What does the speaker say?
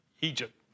Egypt